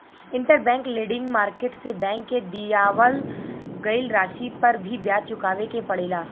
interbank lending market से bank के दिअवावल गईल राशि पर भी ब्याज चुकावे के पड़ेला